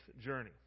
journey